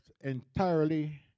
entirely